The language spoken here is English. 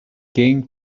came